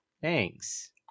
Thanks